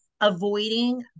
Avoiding